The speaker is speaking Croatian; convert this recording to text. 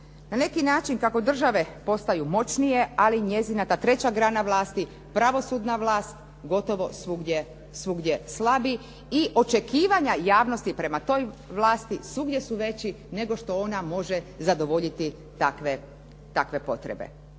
Na neki način kako države postaju moćnije ali njezina ta treća strana vlasti, pravosudna vlast gotovo svugdje slabi i očekivanja javnosti prema toj vlasti svugdje su veći nego što ona može zadovoljiti takve potrebe.